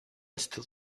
still